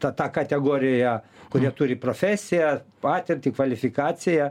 ta ta kategorija kurie turi profesiją patirtį kvalifikaciją